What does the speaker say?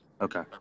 Okay